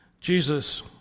Jesus